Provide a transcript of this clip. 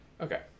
Okay